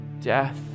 death